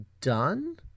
done